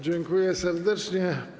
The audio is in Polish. Dziękuję serdecznie.